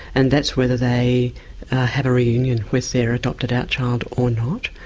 and that's whether they have a reunion with their adopted-out child or not,